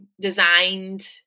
designed